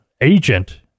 agent